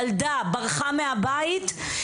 ילדה ברחה מהבית,